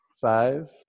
Five